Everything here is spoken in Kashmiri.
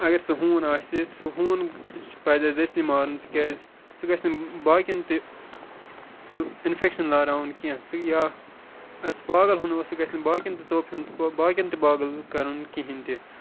اگر سُہ ہوٗن آسہِ سُہ ہوٗن چھِ پَزِ اَسہِ یہِ مارُن تِکیٛازِ سُہ گژھِ نہٕ باقٕیَن تہِ سُہ اِنفٮ۪کشَن لارناوُن کینٛہہ سُہ یا اگر سُہ پاگَل ہوٗن اوس سُہ گژھِ نہٕ باقٕیَن تہِ ژوٚپ ہیوٚن تہٕ باقٕیَن تہِ پاگَل کَرُن کِہیٖنۍ تہِ